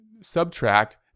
subtract